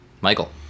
Michael